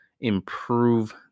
improve